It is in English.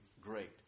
great